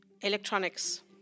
electronics